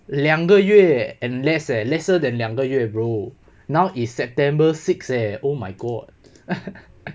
两个月 and less eh lesser than 两个月 bro now is september six eh oh my god